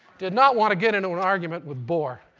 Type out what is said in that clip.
did not want to get into an argument with bohr.